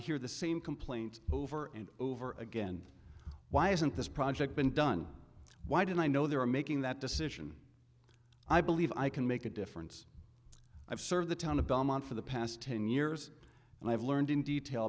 i hear the same complaint over and over again why isn't this project been done why did i know they were making that decision i believe i can make a difference i've served the town of belmont for the past ten years and i have learned in detail